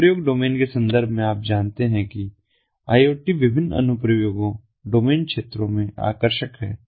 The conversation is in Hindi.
अनुप्रयोग डोमेन के संदर्भ में आप जानते हैं कि IoT विभिन्न अनुप्रयोगों डोमेन क्षेत्रों में आकर्षक है